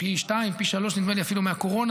פי שניים או שלושה מהקורונה